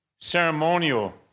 ceremonial